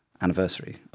anniversary